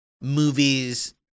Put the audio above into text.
movies